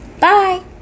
bye